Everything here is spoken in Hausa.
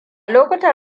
lokutan